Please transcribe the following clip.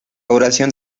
duración